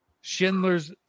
Schindler's